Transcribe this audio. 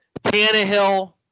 Tannehill